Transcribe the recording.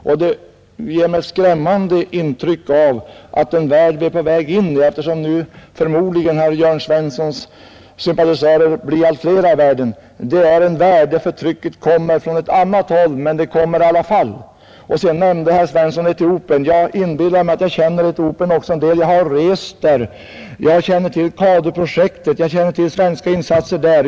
Det ger mig ett skrämmande intryck av att den värld vi är på väg in i — eftersom förmodligen herr Jörn Svenssons sympatisörer blir allt fler — är en värld där förtrycket kommer från ett annat håll än det herr Svensson nu pekar på, men det kommer i alla fall. Herr Svensson nämnde Etiopien. Jag inbillar mig att jag också känner Etiopien en smula, eftersom jag har rest där. Jag känner till CADU-projektet, jag känner till svenska insatser där.